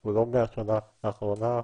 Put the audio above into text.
הוא לא מהשנה האחרונה.